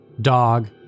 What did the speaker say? Dog